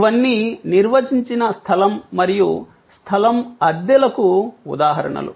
ఇవన్నీ నిర్వచించిన స్థలం మరియు స్థలం అద్దెలకు ఉదాహరణలు